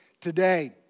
today